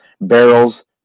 barrels